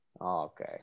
okay